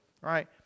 right